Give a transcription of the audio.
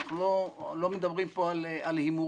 אנחנו לא מדברים כאן על הימורים.